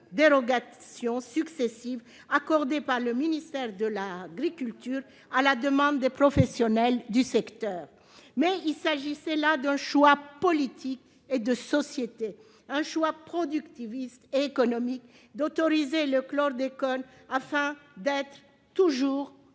dérogations successives accordées par le ministère de l'agriculture, à la demande des professionnels du secteur. Il s'agissait là d'un choix politique et de société, un choix productiviste et économique d'autoriser le chlordécone afin d'être encore